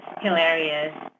hilarious